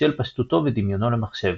בשל פשטותו ודמיונו למחשב.